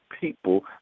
people